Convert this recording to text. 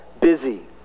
busy